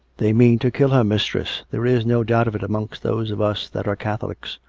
they mean to kill her, mistress. there is no doubt of it amongst those of us that are catholics.